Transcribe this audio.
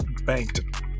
Banked